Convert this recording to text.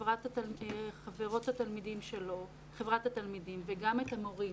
את חברת התלמידים וגם את המורים